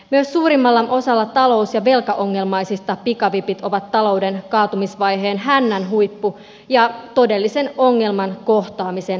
myös suurimmalla osalla talous ja velkaongelmaisista pikavipit ovat talouden kaatumisvaiheen hännänhuippu ja todellisen ongelman kohtaamisen siirtämistä